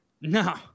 No